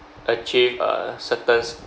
achieve a certain